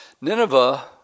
Nineveh